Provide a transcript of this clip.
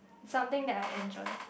something that I enjoy